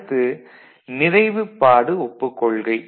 அடுத்து நிறைவுப்பாடு ஓப்புக் கொள்கை